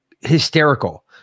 hysterical